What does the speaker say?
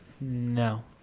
No